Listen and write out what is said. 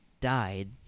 died